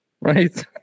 right